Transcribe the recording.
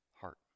heart